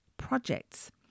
projects